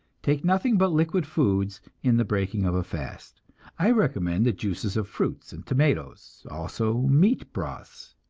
take nothing but liquid foods in the breaking of a fast i recommend the juices of fruits and tomatoes, also meat broths.